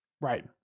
Right